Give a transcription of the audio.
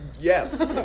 Yes